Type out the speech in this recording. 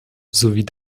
sowie